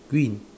green